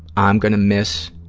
i'm going to miss